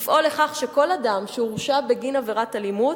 צריכים לפעול לכך שכל אדם שהורשע בגין עבירת אלימות